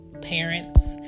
parents